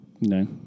No